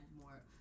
more